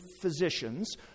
physicians